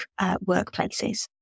workplaces